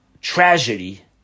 tragedy